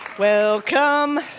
Welcome